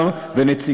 המשרד להגנת הסביבה,